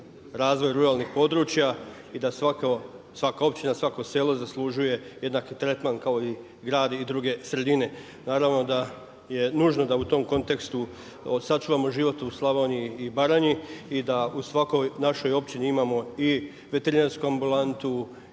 razvoj ruralnih područja i da svaka općina, svako selo zaslužuje jednaki tretman kao i grad i druge sredine. Naravno da je nužno da u tom kontekstu sačuvamo život u Slavoniji i Baranji i da u svakoj našoj općini imamo i veterinarsku ambulantu